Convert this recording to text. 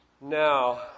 Now